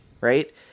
Right